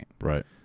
Right